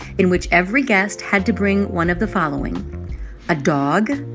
in which every guest had to bring one of the following a dog,